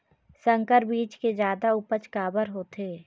संकर बीज के जादा उपज काबर होथे?